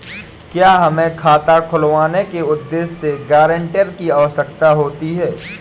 क्या हमें खाता खुलवाने के उद्देश्य से गैरेंटर की आवश्यकता होती है?